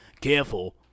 Careful